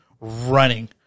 running